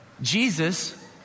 Jesus